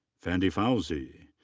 fandy fauzi.